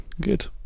good